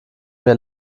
mir